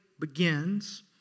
begins